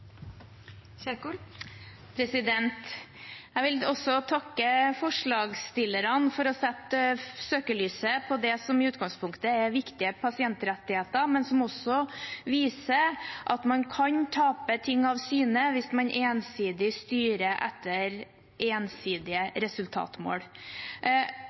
refererte til. Jeg vil også takke forslagsstillerne for å sette søkelyset på det som i utgangspunktet er viktige pasientrettigheter, men som også viser at man kan tape ting av syne hvis man ensidig styrer etter